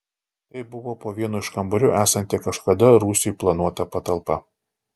tai buvo po vienu iš kambarių esanti kažkada rūsiui planuota patalpa